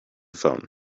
phone